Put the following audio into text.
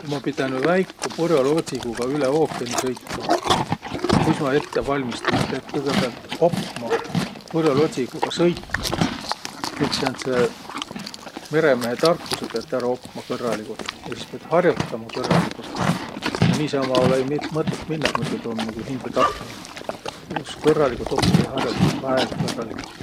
Ku ma pidänüq väiku pur'oloodsiguga üle ookeani sõitma, no kuis ma ette valmista? Ma piät kõgõpäält opma pur'oloodsiguga sõitma. Kõik sääntseq meremehetarkusõq piät ärq opma kõrraligult. Ja sis piät har'otama kõrraligult. Egaq niisama olõ-õi met- mõtõt minnäq, tuu um nigu hindätapminõ. Tasos kõrraligult oppiq ja har'otaq, väega kõrraligult.